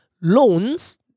loans